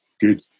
good